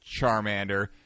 Charmander